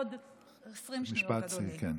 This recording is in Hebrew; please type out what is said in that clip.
עוד 20 שניות, אדוני.